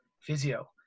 physio